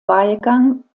wahlgang